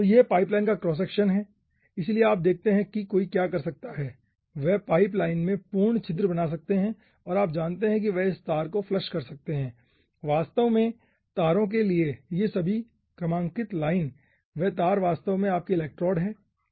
तो यह पाइपलाइन का क्रॉस सेक्शन है इसलिए आप देखते हैं कि कोई क्या कर सकता है वे पाइप लाइन में पूर्ण छिद्र बना सकते हैं और आप जानते हैं कि वे इस तार को फ्लश कर सकते हैं वास्तव में तारों के लिए ये सभी क्रमांकित लाइन वे तार वास्तव में आपके इलेक्ट्रोड हैं ठीक है